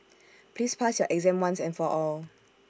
please pass your exam once and for all